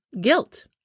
guilt